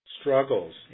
struggles